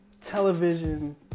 television